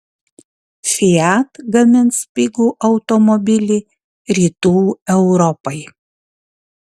fiat gamins pigų automobilį rytų europai